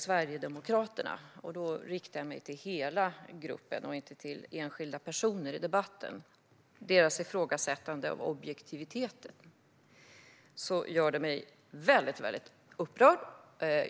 Sverigedemokraternas - jag riktar mig till hela gruppen och inte till enskilda personer i debatten - ifrågasättande av objektiviteten gör mig däremot väldigt upprörd.